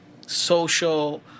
social